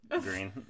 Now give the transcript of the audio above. green